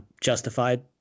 Justified